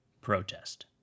protest